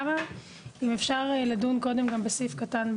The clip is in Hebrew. האם אפשר לדון קודם גם בסעיף קטן (ב)?